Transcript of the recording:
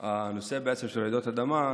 הנושא של רעידות אדמה,